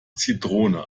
zitrone